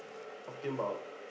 talking about